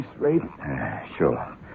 Sure